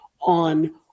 on